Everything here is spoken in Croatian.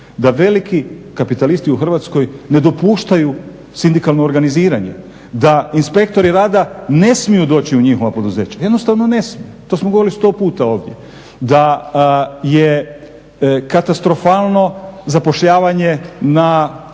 da veliki kapitalisti u Hrvatskoj ne dopuštaju sindikalno organiziranje, da inspektori rada ne smiju doći u njihova poduzeća, jednostavno ne smiju. To smo govorili sto puta ovdje. Da je katastrofalno zapošljavanje na